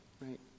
Right